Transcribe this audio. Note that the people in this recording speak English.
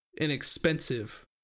inexpensive